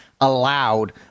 allowed